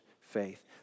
faith